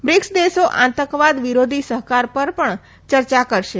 BRICS દેશો આતંકવાદ વિરોધી સહકાર પર પણ યર્ચા કરશે